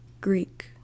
Greek